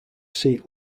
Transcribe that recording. seat